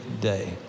day